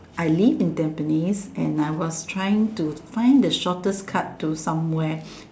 I live in Tampines and I was trying to find the shortest cut to somewhere